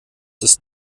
ist